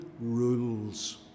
rules